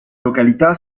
località